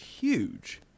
huge